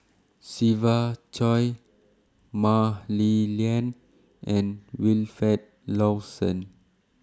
Siva Choy Mah Li Lian and Wilfed Lawson